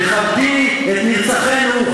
תכבדי את נרצחינו.